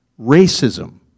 racism